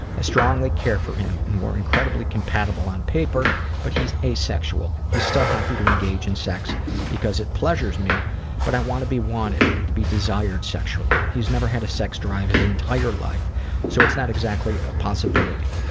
strongly care for him and we're incredibly compatible on paper but he's asexual. he' s still happy to engage in sex because it pleasures me but i want to be wanted and to be desired sexually. he's never had a sex drive his entire life so it's not exactly a possibility.